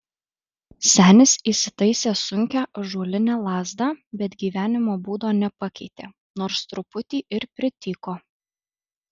senis įsitaisė sunkią ąžuolinę lazdą bet gyvenimo būdo nepakeitė nors truputį ir prityko